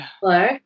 Hello